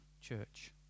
church